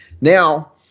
Now